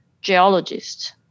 geologists